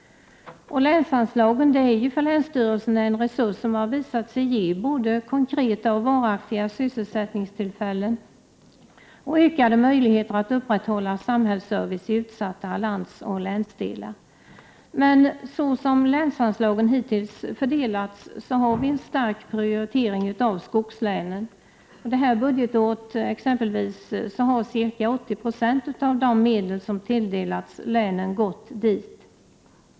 1988/89:110 Länsanslagen är för länsstyrelserna en resurs som visat sig ge både 9 maj 1989 konkreta och varaktiga sysselsättningstillfällen och ökade möjligheter att mor tr Ra oo upprätthålla samhällsservice i utsatta landsoch länsdelar. Men såsom länsanslagen hittills fördelats har vi en stark prioritering av skogslänen. Det här budgetåret, exempelvis, har ca 80 Jo av de medel som tilldelats länen gått dit.